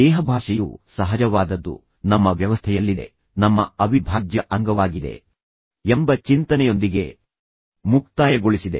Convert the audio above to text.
ದೇಹಭಾಷೆಯು ಸಹಜವಾದದ್ದು ನಮ್ಮ ವ್ಯವಸ್ಥೆಯಲ್ಲಿದೆ ನಮ್ಮ ಅವಿಭಾಜ್ಯ ಅಂಗವಾಗಿದೆ ಎಂಬ ಚಿಂತನೆಯೊಂದಿಗೆ ಮುಕ್ತಾಯಗೊಳಿಸಿದೆ